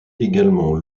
également